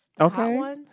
Okay